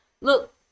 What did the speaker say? look